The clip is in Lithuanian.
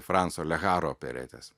franco leharo operetes